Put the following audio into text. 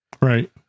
Right